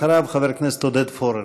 אחריו, חבר הכנסת עודד פורר.